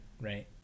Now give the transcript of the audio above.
right